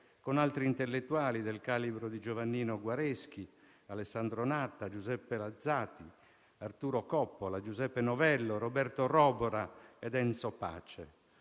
con altri intellettuali del calibro di Giovannino Guareschi, Alessandro Natta, Giuseppe Lazzati, Arturo Coppola, Giuseppe Novello, Roberto Rebora ed Enzo Pace.